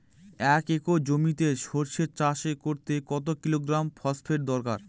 এক একর জমিতে সরষে চাষ করতে কত কিলোগ্রাম ফসফেট দরকার?